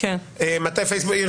כן, כן.